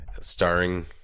Starring